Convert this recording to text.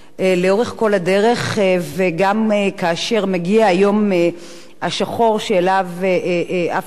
וגם כאשר מגיע היום השחור שאליו אף אחד לא רוצה להסתכל,